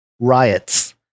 riots